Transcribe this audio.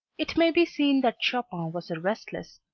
it may be seen that chopin was a restless,